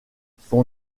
son